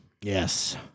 Yes